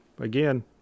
Again